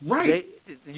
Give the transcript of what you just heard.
Right